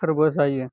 फोरबो जायो